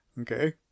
Okay